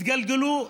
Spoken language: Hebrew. התגלגלו,